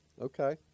Okay